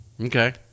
Okay